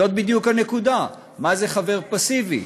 זאת בדיוק הנקודה, מה זה חבר פסיבי.